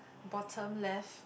bottom left